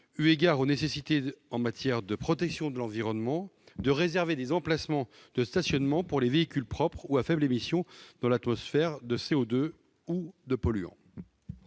eu égard aux nécessités en matière de protection de l'environnement, de réserver des emplacements de stationnement pour les véhicules propres ou à faibles émissions dans l'atmosphère de CO2 ou de polluants.